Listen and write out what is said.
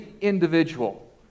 individual